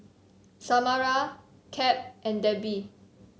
Samara Cap and Debbie